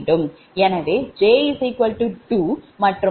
எனவே இந்த விஷயங்கள் அனைத்தும் அறியப்படுகின்றன